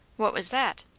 what was that?